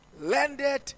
landed